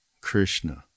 Krishna